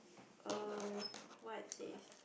um what is this